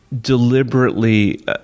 deliberately